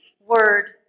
word